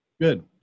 Good